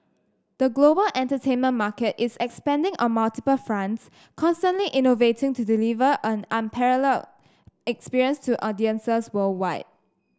the global entertainment market is expanding on multiple fronts constantly innovating to deliver an experience to audiences worldwide